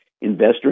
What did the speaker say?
investor